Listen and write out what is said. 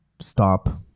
stop